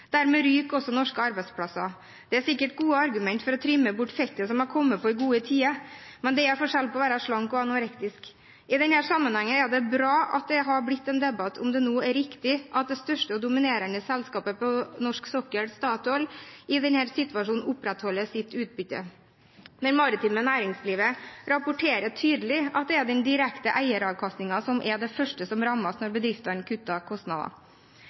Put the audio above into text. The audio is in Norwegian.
Dermed ryker også norske arbeidsplasser. Det er sikkert gode argumenter for å trimme bort fettet som har kommet på i gode tider, men det er forskjell på å være slank og anorektisk. I denne sammenhengen er det bra at det har blitt en debatt om det nå er riktig at det største og dominerende selskapet på norsk sokkel, Statoil, i denne situasjonen opprettholder sitt utbytte. Det maritime næringslivet rapporterer tydelig at det er den direkte eieravkastningen som er det som først rammes om bedriftene kutter kostnader.